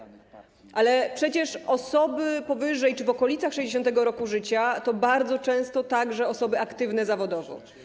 Ale przecież osoby powyżej czy w okolicach 60. roku życia to bardzo często także osoby aktywne zawodowo.